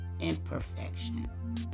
imperfection